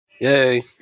Yay